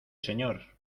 señor